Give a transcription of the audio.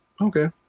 Okay